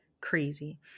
crazy